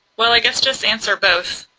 well i guess just answer both.